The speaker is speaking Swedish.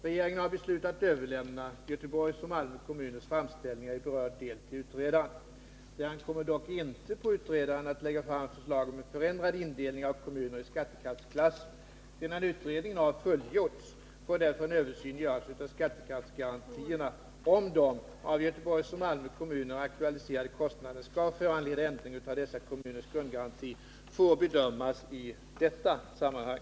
Regeringen har beslutat överlämna Göteborgs och Malmö kommuners framställningar i berörd del till utredaren. Det ankommer dock inte på utredaren att lägga fram förslag om en förändrad indelning av kommuner i skattekraftsklasser. Sedan utredningen har fullgjorts får därför en översyn göras av skattekraftsgarantierna. Om de av Göteborgs och Malmö kommuner aktualiserade kostnaderna skall föranleda ändring av dessa kommuners grundgaranti får bedömas i detta sammanhang.